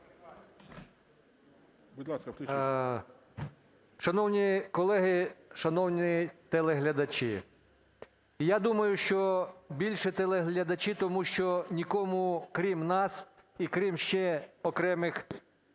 Будь ласка, включіть.